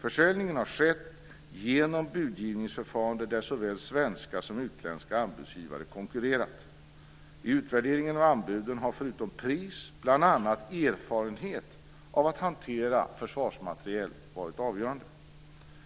Försäljningen har skett genom budgivningsförfarande där såväl svenska som utländska anbudsgivare har konkurrerat. I utvärderingen av anbuden har förutom pris bl.a. erfarenhet av att hantera försvarsmateriel varit avgörande.